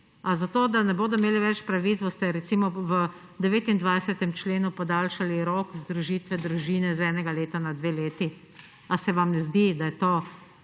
A zato, da ne bodo imeli več pravic, boste, recimo v 29. členu, podaljšali rok združitve družine z enega leta na dve leti? A se vam ne zdi, da je to